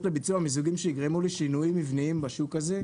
לביצוע מיזוגים שיגרמו לשינויים מבניים בשוק הזה,